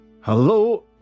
Hello